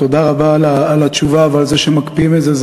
תודה רבה על התשובה ועל זה שמקפיאים את זה.